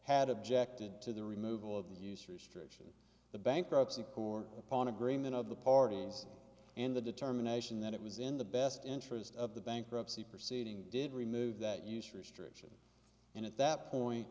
had objected to the removal of the use restrict the bankruptcy or upon agreement of the parties and the determination that it was in the best interest of the bankruptcy proceeding did remove that use restrict and at that point